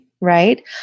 Right